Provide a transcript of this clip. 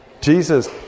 Jesus